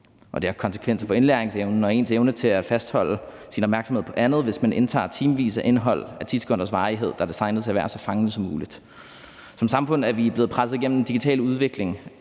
det har konsekvenser for indlæringsevnen og ens evne til at fastholde sin opmærksomhed på andet, hvis man indtager timevis af indhold af 10 sekunders varighed, der er designet til at være så fangende som muligt. Som samfund er vi blevet presset igennem en digital udvikling